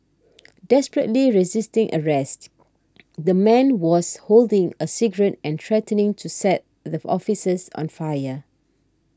desperately resisting arrest the man was holding a cigarette and threatening to set the officers on fire